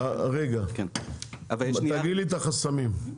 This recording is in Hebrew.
תגיד לי את החסמים.